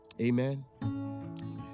Amen